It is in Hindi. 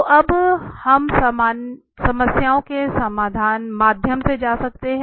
तो अब हम समस्याओं के माध्यम से जा सकते हैं